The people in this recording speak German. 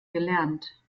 gelernt